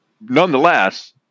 Nonetheless